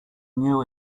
knew